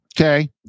Okay